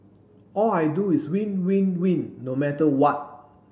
all I do is win win win no matter what